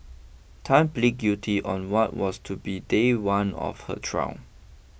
Tan plead guilty on what was to be day one of her trial